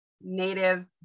native